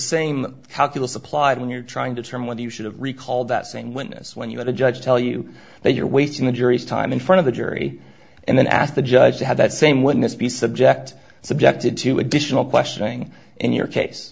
same calculus applied when you're trying to determine whether you should have recalled that same witness when you had a judge tell you that you're wasting the jury's time in front of the jury and then ask the judge to have that same witness be subject subjected to additional questioning in your case